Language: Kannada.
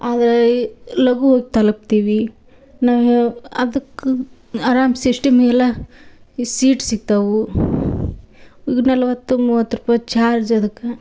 ಆದ್ರೆ ಈ ಲಗು ಹೋಗ್ ತಲುಪ್ತೀವಿ ನಾವು ಅದಕ್ಕೆ ಆರಾಮ್ ಸಿಶ್ಟಿಮಿ ಎಲ್ಲ ಈ ಸೀಟ್ ಸಿಗ್ತಾವೆ ಈಗ ನಲ್ವತ್ತು ಮೂವತ್ತು ರೂಪಾಯಿ ಚಾರ್ಜ್ ಅದಕ್ಕೆ